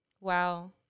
Wow